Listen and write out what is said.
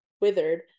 withered